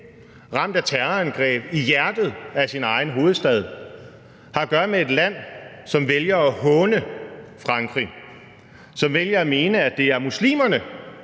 ramt af terrorangreb i hjertet af sin egen hovedstad, åbenlyst vælger at håne Frankrig, som vælger at mene, at det er muslimerne,